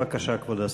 בבקשה, כבוד השר.